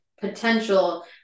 potential